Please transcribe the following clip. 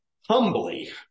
humbly